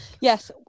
Yes